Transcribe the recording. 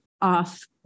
off